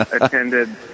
attended